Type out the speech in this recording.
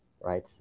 right